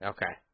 Okay